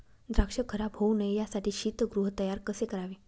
द्राक्ष खराब होऊ नये यासाठी शीतगृह तयार कसे करावे?